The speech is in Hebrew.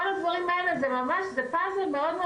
כל הדברים האלה זה פאזל מאוד,